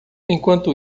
enquanto